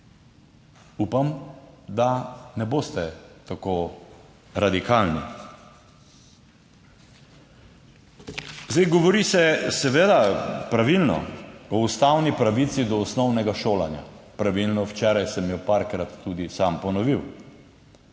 Upam, da ne boste tako radikalni. Govori se, seveda, pravilno, o ustavni pravici do osnovnega šolanja. Pravilno, včeraj sem jo nekajkrat tudi sam ponovil.